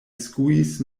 skuis